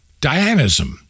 Dianism